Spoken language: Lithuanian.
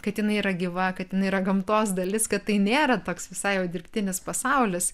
kad jinai yra gyva kad jinai yra gamtos dalis kad tai nėra toks visai jau dirbtinis pasaulis